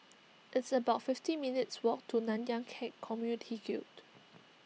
it's about fifty minutes' walk to Nanyang Khek Community Guild